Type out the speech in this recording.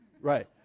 right